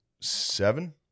seven